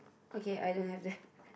okay I don't have that